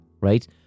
right